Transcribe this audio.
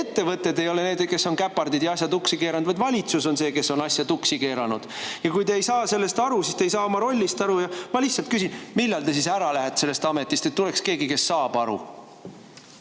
ettevõtted ei ole need, kes on käpardid ja asja tuksi keeranud, vaid valitsus on see, kes on asja tuksi keeranud? Kui te ei saa sellest aru, siis te ei saa oma rollist aru. Ma lihtsalt küsin: millal te ära lähete sellest ametist, et tuleks keegi, kes saab aru?